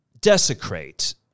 desecrate